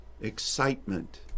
excitement